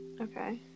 Okay